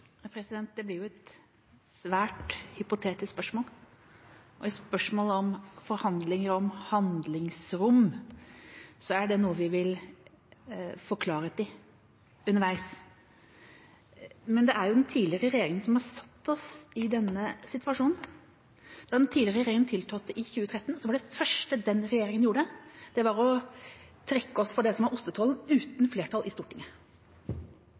Det blir et svært hypotetisk spørsmål, og i spørsmålet om forhandlinger om handlingsrom er det noe vi vil få klarhet i underveis. Men det er jo den tidligere regjeringa som har satt oss i denne situasjonen. Da den tidligere regjeringa tiltrådte i 2013, var det første den regjeringa gjorde, å trekke oss fra det som var ostetollen, uten flertall i Stortinget